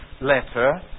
letter